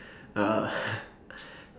uh